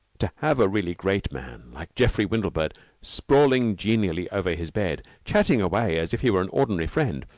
to have a really great man like geoffrey windlebird sprawling genially over his bed, chatting away as if he were an ordinary friend,